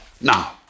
Now